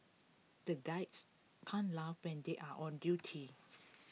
the guys can laugh when they are on duty